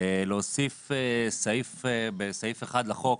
להוסיף סעיף בסעיף 1 לחוק,